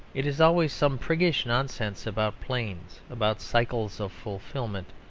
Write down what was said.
it is always some priggish nonsense about planes, about cycles of fulfilment,